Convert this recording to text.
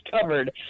covered